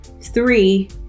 Three